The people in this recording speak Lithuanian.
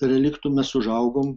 reliktų mes užaugom